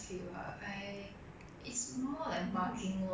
I I study whenever I can lah but